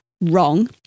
wrong